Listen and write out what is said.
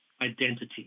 identity